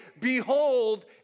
Behold